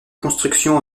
constructions